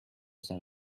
than